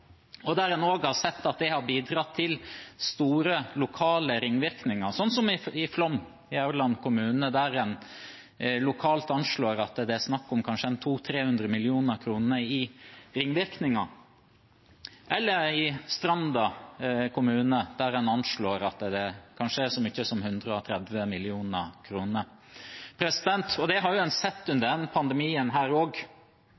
En har også sett at det har bidratt til store lokale ringvirkninger, som i Flåm i Aurland kommune, der en lokalt anslår at det er snakk om kanskje 200–300 mill. kr i ringvirkninger, eller i Stranda kommune, der en anslår at det kanskje er så mye som 130 mill. kr. Det vi har sett under denne pandemien, er hvordan restriksjoner som helt nødvendig er innført av smittevernhensyn, har